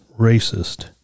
racist